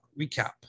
recap